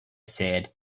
said